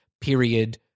period